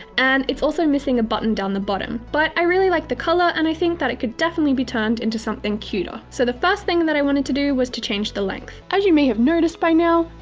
and it's also missing a button down the bottom. but, i really like the colour and i think that it could definitely be turned into something cuter. so the first thing i wanted to do was to change the length. as you may have noticed by now,